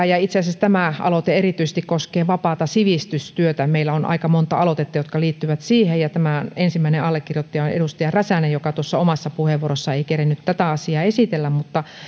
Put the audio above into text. ja itse asiassa tämä aloite koskee erityisesti vapaata sivistystyötä meillä on aika monta aloitetta jotka liittyvät siihen ja tämän ensimmäinen allekirjoittaja on edustaja räsänen joka tuossa omassa puheenvuorossaan ei kerinnyt tätä asia esitellä